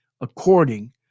according